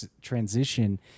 transition